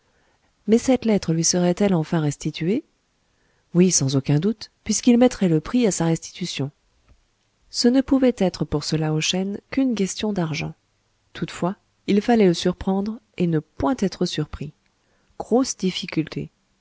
mais cette lettre lui serait-elle enfin restituée oui sans aucun doute puisqu'il mettrait le prix à sa restitution ce ne pouvait être pour ce lao shen qu'une question d'argent toutefois il fallait le surprendre et ne point être surpris grosse difficulté